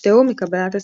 הופתעו מקבלת הספר.